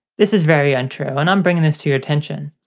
this is very untrue and i'm bringing this to your attention.